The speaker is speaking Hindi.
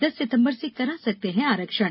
दस सितंबर से करा सकते हैं आरक्षण